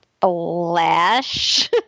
Flash